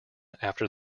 after